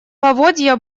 поводья